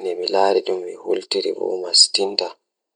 Mi njiddaade sabu e ngal fiyaangu ngal sabu ɓeen.